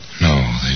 No